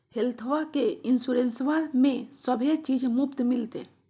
हेल्थबा के इंसोरेंसबा में सभे चीज मुफ्त मिलते?